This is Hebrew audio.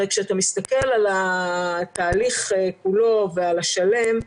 הרי כשאתה מסתכל על התהליך כולו ועל השלם,